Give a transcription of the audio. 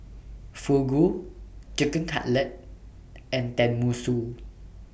Fugu Chicken Cutlet and Tenmusu